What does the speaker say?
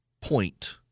point